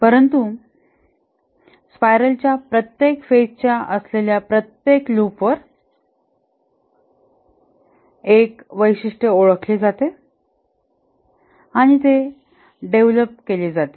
परंतु स्पाइरलंच्या प्रत्येक फेजच्या असलेल्या प्रत्येक लूपवर एक वैशिष्ट्य ओळखले जाते आणि डेव्हलप केले जाते